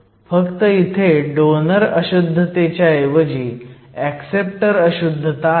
फक्त इथे डोनर अशुद्धतेच्या ऐवजी ऍक्सेप्टर अशुद्धता आहे